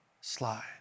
slide